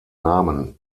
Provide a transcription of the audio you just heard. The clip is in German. namen